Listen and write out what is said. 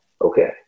okay